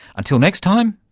until next time,